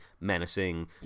menacing